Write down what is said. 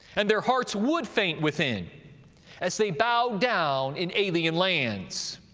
and their hearts would faint within as they bowed down in alien lands.